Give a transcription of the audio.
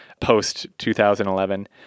post-2011